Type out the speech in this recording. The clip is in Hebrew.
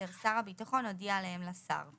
ואשר שר הביטחון הודיע עליהם לשר;